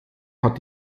hat